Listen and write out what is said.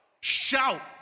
shout